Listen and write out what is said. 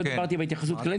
לא דיברתי בהתייחסות כרגע,